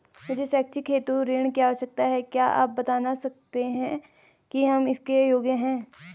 मुझे शैक्षिक हेतु ऋण की आवश्यकता है क्या आप बताना सकते हैं कि हम इसके योग्य हैं?